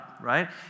right